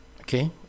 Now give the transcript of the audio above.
Okay